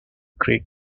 creek